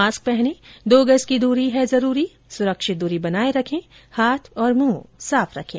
mask पहनें दो गज की दूरी है जरूरी सुरक्षित दूरी बनाए रखें हाथ और मुंह साफ रखें